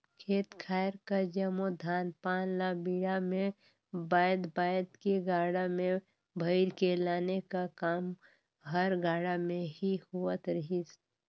खेत खाएर कर जम्मो धान पान ल बीड़ा मे बाएध बाएध के गाड़ा मे भइर के लाने का काम हर गाड़ा मे ही होवत रहिस